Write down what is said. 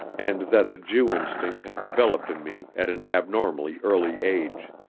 and that the jew instinct had developed in me at an abnormally early age.